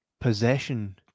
possession